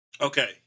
Okay